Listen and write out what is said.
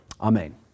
Amen